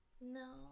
No